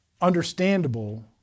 understandable